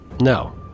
No